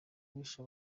wishe